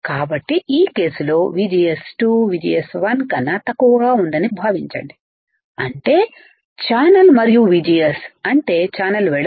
కాబట్టి ఈ కేసు లో VGS2 VGS1 కన్నా తక్కువగా ఉందని భావించండి అంటే ఛానల్ మరియు VGS అంటే ఛానల్ వెడల్పు